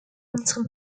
unserem